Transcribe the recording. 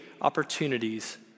opportunities